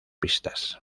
pistas